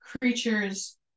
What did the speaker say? creatures